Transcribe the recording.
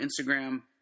Instagram